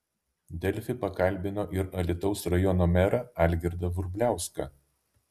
delfi pakalbino ir alytaus rajono merą algirdą vrubliauską